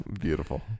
Beautiful